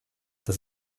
das